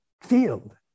field